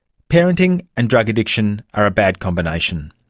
parenting and drug addiction are a bad combination.